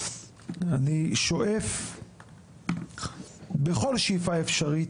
אני שואף בכל שאיפה אפשרית,